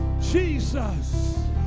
jesus